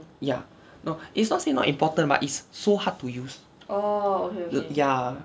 ya no is not say not important but it's so hard to use ya